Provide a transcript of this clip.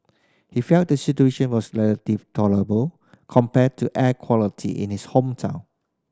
he felt the situation was relative tolerable compared to air quality in his home town